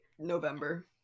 november